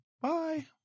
Bye